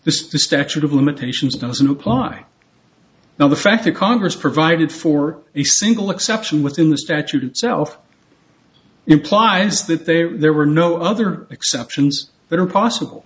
this is the statute of limitations doesn't apply now the fact that congress provided for a single exception within the statute itself implies that there were no other exceptions that are possible